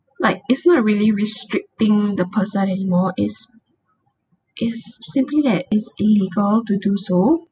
like it's not a really restricting the person any more it's it's simply that it's illegal to do so